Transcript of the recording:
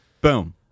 Boom